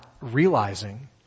realizing